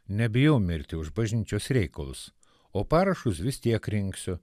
nebijau mirti už bažnyčios reikalus o parašus vis tiek rinksiu